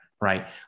right